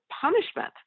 punishment